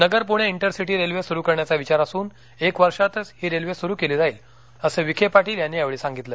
नगर प्रणे intercity railway सुरू करण्याचा विचार असून एक वर्षातच ही रेल्वे सूरू केली जाईल अस विखे पाटील यांनी यावेळी सांगितलं